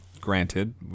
granted